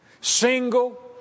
single